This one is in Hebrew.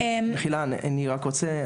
אני רק רוצה,